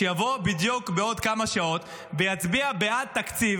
שיבוא בעוד כמה שעות בדיוק ויצביע בעד תקציב